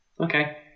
Okay